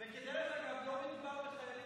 חברת הכנסת אפרת רייטן